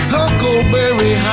Huckleberry